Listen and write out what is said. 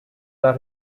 that